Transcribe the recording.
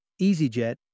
EasyJet